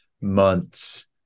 months